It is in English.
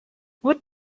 what